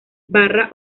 barra